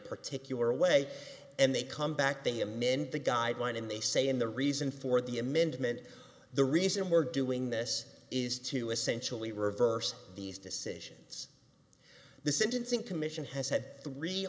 particular way and they come back they amend the guideline and they say in the reason for the amendment the reason we're doing this is to essentially reverse these decisions the sentencing commission has had three